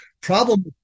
Problem